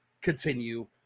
continue